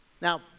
Now